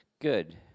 good